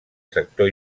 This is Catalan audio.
sector